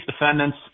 defendants